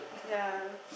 ya